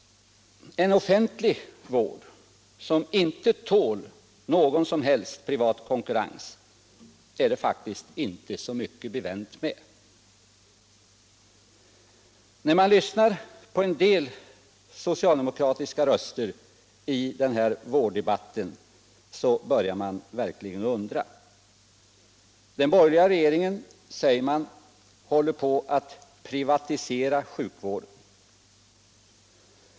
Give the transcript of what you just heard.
En offentlig vård som inte tål någon som helst privat konkurrens är det faktiskt inte så mycket bevänt med. När man lyssnar på en del socialdemokratiska röster i vårddebatten börjar man verkligen undra. Den borgerliga regeringen, säger man, håller på att privatisera sjukvården.